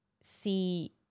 see